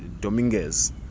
Dominguez